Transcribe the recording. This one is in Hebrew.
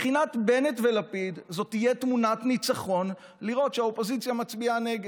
מבחינת בנט ולפיד זאת תהיה תמונת ניצחון לראות שהאופוזיציה מצביעה נגד.